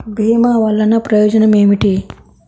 భీమ వల్లన ప్రయోజనం ఏమిటి?